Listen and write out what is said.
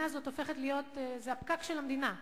זה הפקק של המדינה.